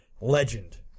Legend